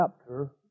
chapter